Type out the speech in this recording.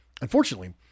Unfortunately